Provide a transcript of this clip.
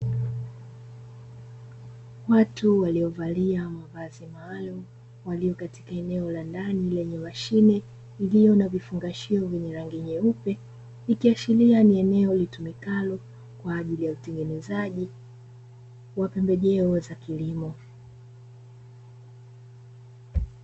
Watu waliovalia mavazi maalumu walio katika eneo la ndani lenye mashine ilio na vifungashio vyenye rangi nyeupe, ikiashiria ni eneo litumikalo kwa ajili ya utengenezaji wa pembejeo za kilimo.